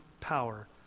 power